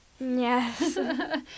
Yes